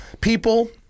People